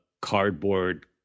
cardboard